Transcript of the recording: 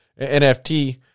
NFT